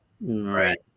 Right